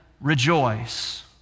Rejoice